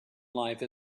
life